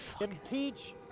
Impeach